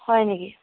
হয় নেকি